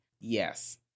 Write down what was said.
Yes